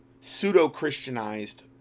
pseudo-Christianized